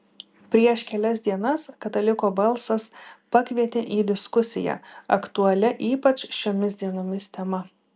prieš kelias dienas kataliko balsas pakvietė į diskusiją aktualia ypač šiomis dienomis tema